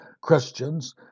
Christians